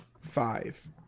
Five